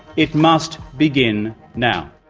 it must begin now.